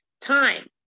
time